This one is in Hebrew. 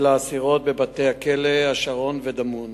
של האסירות בבתי-הכלא השרון ודמון.